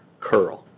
Curl